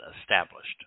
established